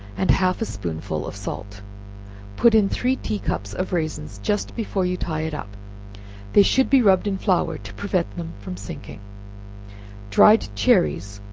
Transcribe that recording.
and half a spoonful of salt put in three tea-cups of raisins just before you tie it up they should be rubbed in flour to prevent them from sinking dried cherries,